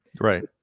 Right